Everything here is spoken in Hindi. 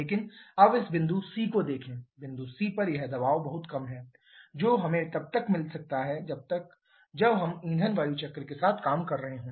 लेकिन अब इस बिंदु c को देखें बिंदु c पर यह दबाव बहुत कम है जो हमें तब मिल सकता है जब हम ईंधन वायु चक्र के साथ काम कर रहे हो